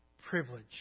privilege